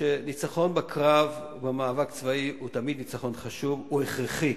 שניצחון בקרב ובמאבק צבאי הוא תמיד ניצחון חשוב והוא הכרחי,